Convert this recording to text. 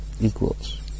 Equals